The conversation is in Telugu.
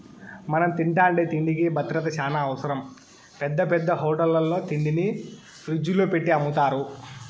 మనం తింటాండే తిండికి భద్రత చానా అవసరం, పెద్ద పెద్ద హోటళ్ళల్లో తిండిని ఫ్రిజ్జుల్లో పెట్టి అమ్ముతారు